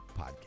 podcast